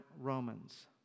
Romans